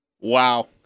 wow